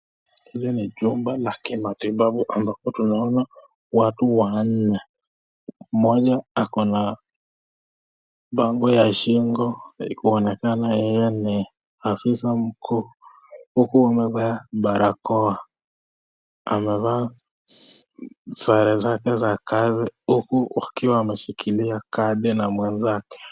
Hili ni jumba la kimatibabu ambapo tunaona watu wanne mmoja ako bango ya shingo kuonekana yeye ni afisa mkuu huku akiwa amevaa barakoa .Amevaa sare zake za kazi huku wakiwa wameshikilia kadi na mwenzake.